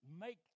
make